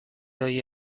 های